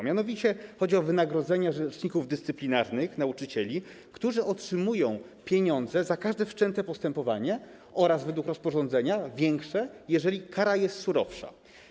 Mianowicie chodzi o wynagrodzenia rzeczników dyscyplinarnych dla nauczycieli, którzy otrzymują pieniądze za każde wszczęte postępowanie oraz według rozporządzenia większe, jeśli kara jest surowsza.